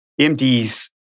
AMD's